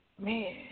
man